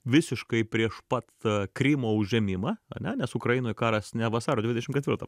visiškai prieš pat krymo užėmimą ane nes ukrainoj karas ne vasario dvidešim ketvirtą